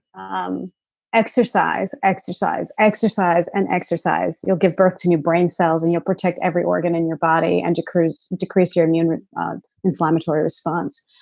um exercise, exercise, exercise and exercise, you'll give birth to new brain cells and you'll protect every organ in your body and decrease decrease your immune um inflammatory response,